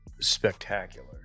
spectacular